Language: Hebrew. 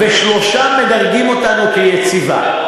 ושלושה מדרגים אותנו כיציבה.